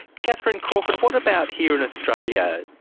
catherine crawford, what about here in australia?